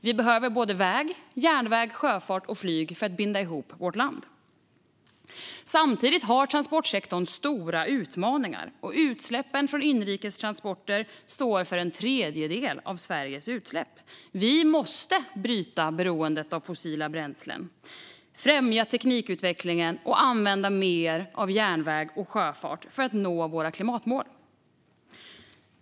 Vi behöver väg, järnväg, sjöfart och flyg för att binda ihop vårt land. Samtidigt har transportsektorn stora utmaningar, och utsläppen från inrikestransporter står för en tredjedel av Sveriges utsläpp. Vi måste bryta beroendet av fossila bränslen, främja teknikutvecklingen och använda mer järnväg och sjöfart för att nå våra klimatmål.